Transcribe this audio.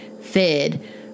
fed